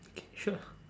okay sure